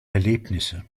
erlebnisse